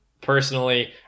personally